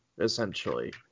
essentially